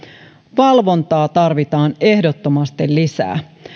valvontaa tarvitaan ehdottomasti lisää